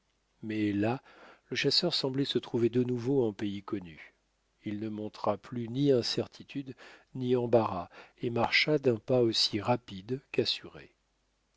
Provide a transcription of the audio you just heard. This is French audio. mais là le chasseur semblait se trouver de nouveau en pays connu il ne montra plus ni incertitude ni embarras et marcha d'un pas aussi rapide